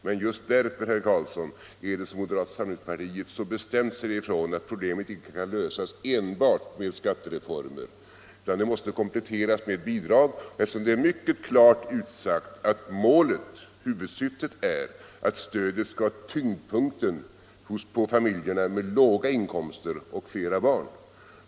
Men just därför, herr Karlsson, säger moderata samlingspartiet bestämt ifrån att problemet icke kan lösas enbart med skattereformer, utan dessa måste kompletteras med bidrag. Det är klart utsagt att huvudsyftet är att stödet skall ha tyngdpunkten på familjer med låga inkomster och flera barn.